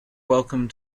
welcome